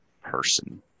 person